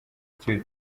studio